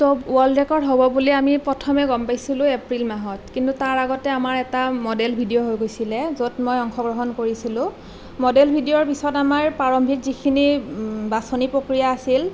তো world record হ'ব বুলি আমি প্ৰথমে গম পাইছিলোঁ এপ্ৰিল মাহত কিন্তু তাৰ আগতে আমাৰ এটা মডেল ভিডিঅ' হৈ গৈছিলে য'ত মই অংশগ্ৰহণ কৰিছিলোঁ মডেল ভিডিঅ'ৰ পিছত আমাৰ প্ৰাৰম্ভিক যিখিনি বাচনি প্ৰক্ৰীয়া আছিল